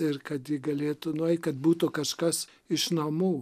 ir kad ji galėtų nueit kad būtų kažkas iš namų